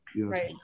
Right